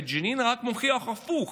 בג'נין רק מוכיח הפוך,